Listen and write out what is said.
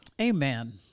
Amen